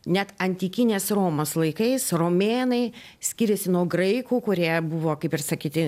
net antikinės romos laikais romėnai skyrėsi nuo graikų kurie buvo kaip ir sakyti